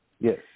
Yes